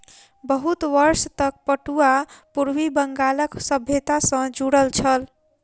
बहुत वर्ष तक पटुआ पूर्वी बंगालक सभ्यता सॅ जुड़ल छल